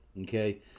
Okay